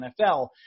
NFL